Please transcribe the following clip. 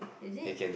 is it